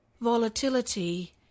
volatility